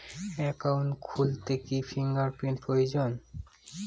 Account খুলতে কি fingerprint প্রয়োজন?